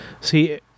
See